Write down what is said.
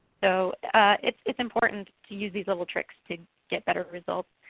so it is important to use these little tricks to get better results.